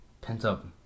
pent-up